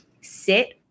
sit